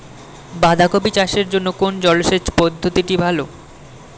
বাঁধাকপি চাষের জন্য কোন জলসেচ পদ্ধতিটি ভালো?